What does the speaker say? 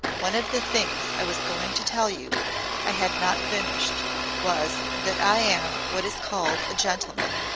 one of the things i was going to tell you i had not finished was that i am what is called a gentleman.